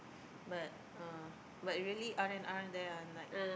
but uh but really R-and-R there ah like